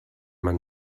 man